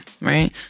right